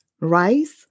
rice